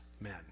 men